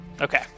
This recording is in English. okay